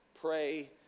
pray